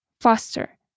faster